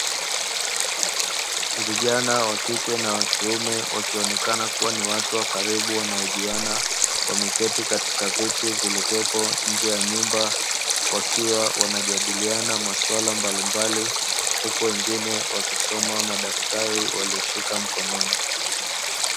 Vijana wa kike na wa kiume wakionekana kuwa ni watu wa karibu wanajuana wameketi katika viti vilivyopo nje ya nyumba, wakiwa wanajadiliana maswala mbalimbali, huku wengine wakisoma madftari waliyoshika mkononi.